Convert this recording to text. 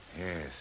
Yes